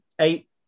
eight